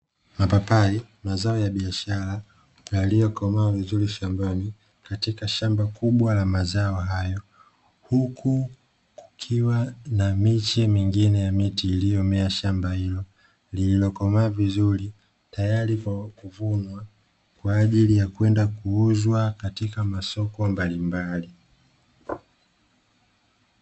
Mapapai mazao ya biashara yaliyokomaa vizuri shambani katika shamba kubwa la mazao hayo. Huku kukiwa na miche mingine ya miti iliyomea shamba hilo, lililokomaa vizuri tayari kwa kuvunwa kwa ajili ya kwenda kuuzwa katika masoko mbalimbali.